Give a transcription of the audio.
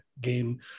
game